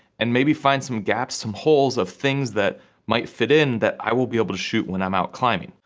and maybe find some gaps, some holes of things that might fit in, that i will be able to shoot when i'm out climbing.